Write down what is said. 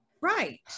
Right